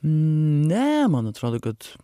ne man atrodo kad